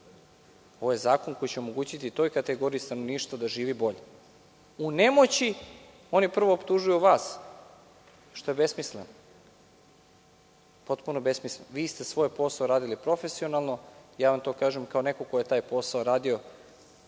Ovo je zakon koji će omogućiti toj kategoriji stanovništva da živi bolje.U nemoći oni prvo optužuju vas, što je besmisleno. Vi ste svoj posao radili profesionalno i to vam kažem kao neko ko je taj posao radio